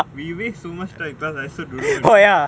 we waste so much time in class I also don't know what we do